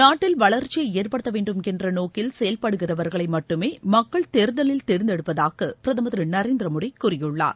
நாட்டில் வளர்ச்சியை ஏற்படுத்தவேண்டும் என்ற நோக்கில் செயல்படுகிறவர்களை மட்டுமே மக்கள் தேர்தலில் தேர்ந்தெடுப்பதாக பிரதமர் திரு நரேந்திர மோடி கூறியுள்ளார்